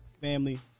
Family